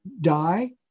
die